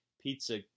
pizza